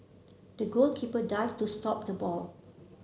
the goalkeeper dived to stop the ball